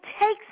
takes